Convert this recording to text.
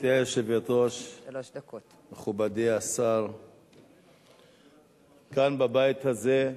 גברתי היושבת-ראש, מכובדי השר, כאן, בבית הזה,